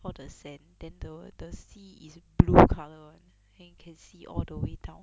all the sand then the the sea is blue colour then can see all the way down